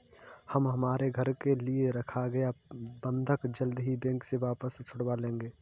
हम हमारे घर के लिए रखा गया बंधक जल्द ही बैंक से वापस छुड़वा लेंगे